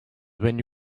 when